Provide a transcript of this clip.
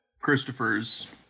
Christopher's